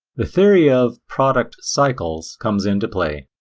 the theory of product cycles comes into play.